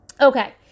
Okay